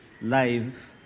live